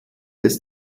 des